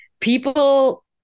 people